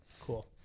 Cool